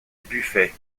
buffet